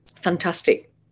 fantastic